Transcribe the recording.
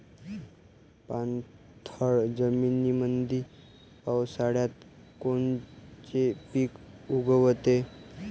पाणथळ जमीनीमंदी पावसाळ्यात कोनचे पिक उगवते?